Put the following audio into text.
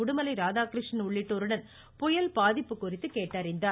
உடுமலை ராதாகிருஷ்ணன் உள்ளிட்டோருடன் புயல் பாதிப்பு குறித்து கேட்டறிந்தார்